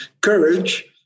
courage